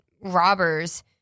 robbers